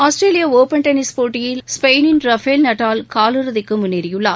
ஆஸ்திரேலிய open tennis போட்டியில் ஸ்பெயினின் Rafael Nadal காலிறுதிக்கு முன்னேறியுள்ளார்